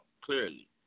clearly